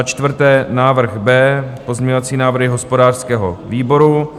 4. návrh B, pozměňovací návrhy hospodářského výboru;